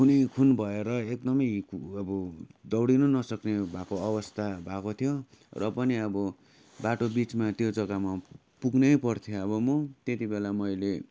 खुनैखुन भएर एकदमै हिक अब दौडनु नसक्ने भएको अवस्था भएको थियो र पनि अब बाटो बिचमा त्यो जग्गामा पुग्नै पर्थ्यो अब म त्यति बेला मैले